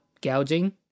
gouging